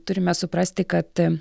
turime suprasti kad